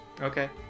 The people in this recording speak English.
Okay